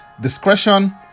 discretion